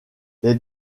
les